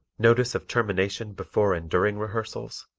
notice of termination before and during rehearsals,